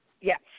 Yes